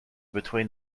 between